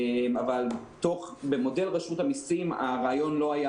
אבל במודל רשות המסים הרעיון לא היה